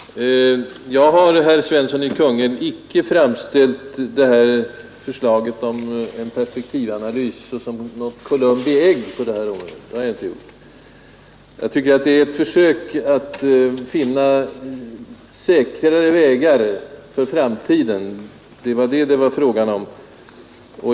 Jag har, herr Svensson i Kungälv, icke framställt förslaget om en perspektivanalys som något Columbi ägg på det här området. Men jag tycker att det borde kunna bli ett försök att finna säkrare vägar för framtiden. Det var det det var fråga om.